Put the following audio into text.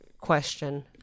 question